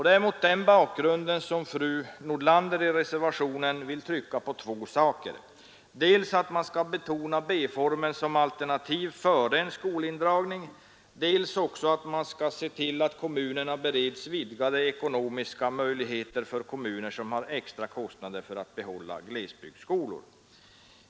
Det är mot den bakgrunden som fru Nordlander i reservationen trycker på två saker: dels att man skall betona B-formen som alternativ före en skolindragning, dels att man skall se till att kommunerna bereds vidgade ekonomiska möjligheter i de fall där de har extra kostnader för att behålla glesbygdsskolor.